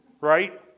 right